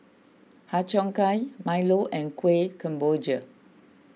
Har Cheong Gai Milo and Kuih Kemboja